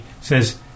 says